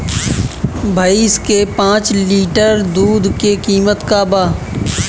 भईस के पांच लीटर दुध के कीमत का बा?